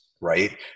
right